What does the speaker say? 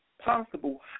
possible